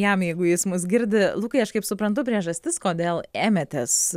jam jeigu jis mus girdi lukai aš kaip suprantu priežastis kodėl ėmėtės